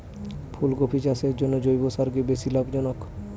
ফুলকপি চাষের জন্য জৈব সার কি বেশী লাভজনক?